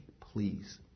please